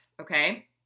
okay